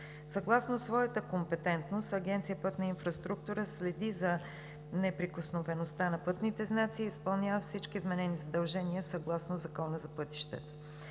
Съгласно своята компетентност Агенция „Пътна инфраструктура“ следи за неприкосновеността на пътните знаци и изпълнява всички вменени задължения съгласно Закона за пътищата.